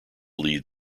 lead